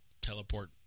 teleport